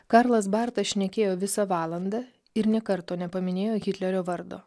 karlas bartas šnekėjo visą valandą ir nė karto nepaminėjo hitlerio vardo